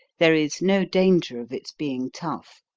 there is no danger of its being tough.